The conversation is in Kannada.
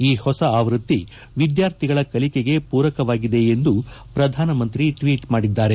ಈ ಹೊಸ ಆವ್ವಿ ವಿದ್ವಾರ್ಥಿಗಳ ಕಲಿಕೆಗೆ ಪೂರಕವಾಗಿದೆ ಎಂದು ಪ್ರಧಾನಮಂತ್ರಿ ಟ್ವೀಟ್ ಮಾಡಿದ್ದಾರೆ